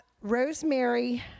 Rosemary